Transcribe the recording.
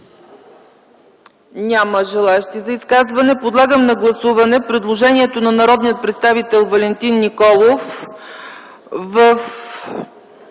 Няма желаещи за изказване. Подлагам на гласуване предложението на народния представител Валентин Николов в